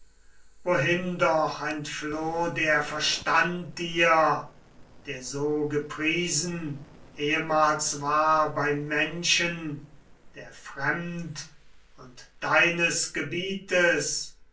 wohin doch entfloh der verstand dir der so gepriesen ehemals war bei menschen der fremd und deines gebietes